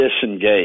disengage